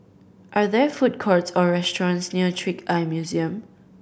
are there food courts or restaurants near Trick Eye Museum